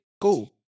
cool